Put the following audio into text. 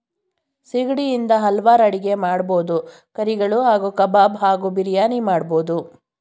ಸಿಗಡಿ ಇಂದ ಹಲ್ವಾರ್ ಅಡಿಗೆ ಮಾಡ್ಬೋದು ಕರಿಗಳು ಹಾಗೂ ಕಬಾಬ್ ಹಾಗೂ ಬಿರಿಯಾನಿ ಮಾಡ್ಬೋದು